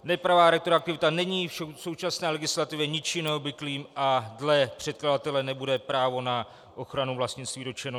Nepravá retroaktivita není v současné legislativě ničím neobvyklým a dle předkladatele nebude právo na ochranu vlastnictví dotčeno.